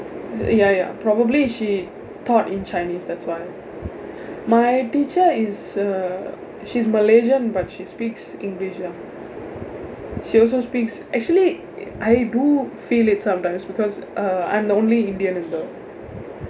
ya ya probably she thought in chinese that's why my teacher is uh she's malaysian but she speaks english ya she also speaks actually I do feel it sometimes because uh I'm the only indian in the